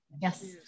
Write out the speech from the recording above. Yes